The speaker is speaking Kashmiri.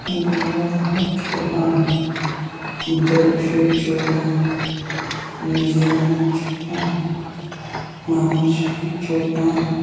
گُلزار احمد چوپان عبدل رشید چوپان نذیر احمد چوپان محمد شفیع چوپان